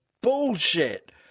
bullshit